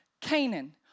Canaan